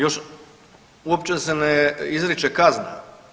Još, uopće se ne izriče kazna.